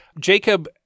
Jacob